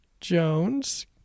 Jones